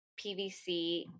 PVC